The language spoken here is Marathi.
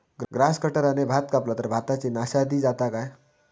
ग्रास कटराने भात कपला तर भाताची नाशादी जाता काय?